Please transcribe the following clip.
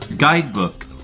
Guidebook